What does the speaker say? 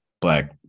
black